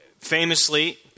famously